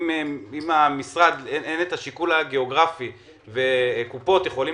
אם למשרד את השיקול הגיאוגרפי וקופות החולים יכולות